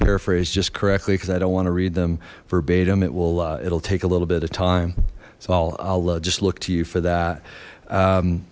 paraphrase just correctly because i don't want to read them verbatim it will it'll take a little bit of time so i'll just look to you for that